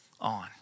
on